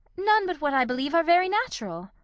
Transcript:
none but what i believe are very natural.